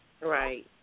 Right